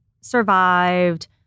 survived